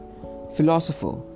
philosopher